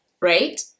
right